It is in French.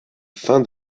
fin